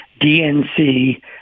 DNC